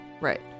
Right